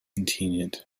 continued